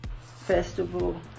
festival